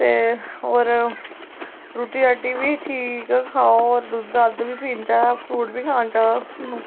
ते होर रुट्टी रट्टी बी ठीक खाओ और दुद्ध दद्धा बी पियो फ्रूट बी खाना चाहिदा सानू